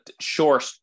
short